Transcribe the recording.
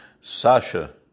Sasha